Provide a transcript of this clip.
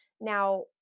Now